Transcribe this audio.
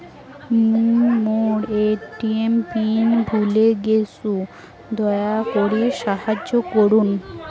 মুই মোর ATM PIN ভুলে গেইসু, দয়া করি সাহাইয্য করুন